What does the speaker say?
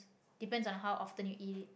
depends on how often you eat it